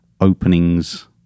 openings